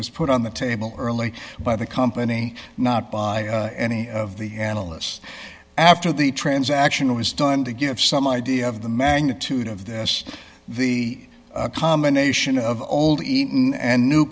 was put on the table early by the company not by any of the analysts after the transaction was done to give some idea of the magnitude of this the combination of old eaton and new